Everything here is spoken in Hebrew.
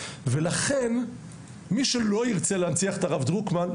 לכן מי שלא ירצה להנציח את הרב דרוקמן,